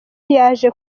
yaje